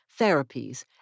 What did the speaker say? therapies